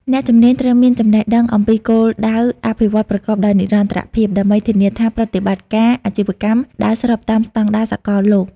អ្នកជំនាញត្រូវមានចំណេះដឹងអំពីគោលដៅអភិវឌ្ឍន៍ប្រកបដោយនិរន្តរភាព ដើម្បីធានាថាប្រតិបត្តិការអាជីវកម្មដើរស្របតាមស្តង់ដារសកលលោក។